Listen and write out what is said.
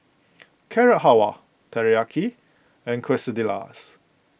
Carrot Halwa Teriyaki and Quesadillas